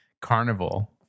carnival